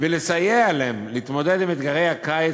ולסייע להם להתמודד עם אתגרי הקיץ,